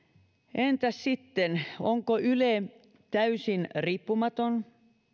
entäs sitten onko yle täysin riippumaton